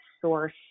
source